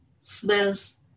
smells